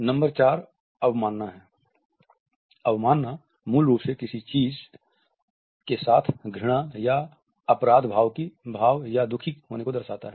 number 4 अवमानना है अवमानना मूल रूप से किसी चीज के साथ घृणा या अपराध भाव या दुखी होने को दर्शाता है